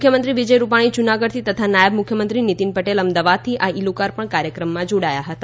મુખ્યમંત્રી વિજય રૂપાણી જૂનાગઢથી તથા નાયબ મુખ્યમંત્રી નીતિન પટેલ અમદાવાદથી આ ઈ લોકાર્પણ કાર્યક્રમમાં જોડાયા હતા